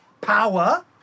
power